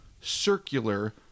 circular